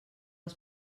els